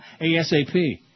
ASAP